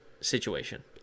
situation